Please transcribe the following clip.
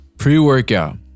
Pre-workout